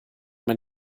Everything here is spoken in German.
man